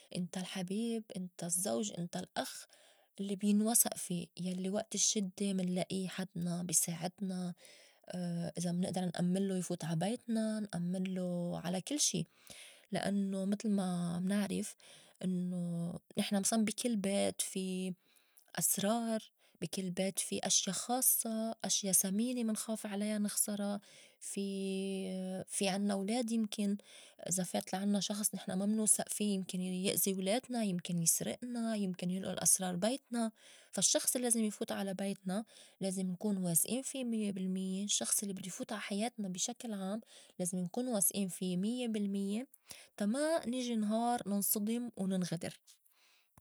إنت الحبيب، إنت الزّوج، إنت الأخ الّي بينوسئ في يلّي وقت الشدّة منلائي حدنا بي ساعدنا إذا منئدر نأمّنلو يفوت عا بيتنا، نأمّنلو على كل شي لأنّو متل ما منعرف إنّو نحن مسلاً بي كل بيت في أسرار، بي كل بيت في أشيا خاصّة، أشيا سمينة منخاف عليا نخسرا، في في عنّا ولاد يمكن إذا فات لا عنّا شخص نحن ما منوسئ في يمكن يأزي ولادنا، يمكن يسرئنا، يمكن ينأُل أسرار بينتنا فا الشّخص الّي لازم يفوت على بيتنا لازم نكون واسئين في ميّة بالميّة الشّخص الي بدو يفوت عا حياتنا بي شكل عام لازم نكون واسئين في ميّة بالميّة تا ما نجي نهار ننصدم وننغدر.